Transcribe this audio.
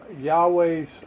Yahweh's